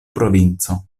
provinco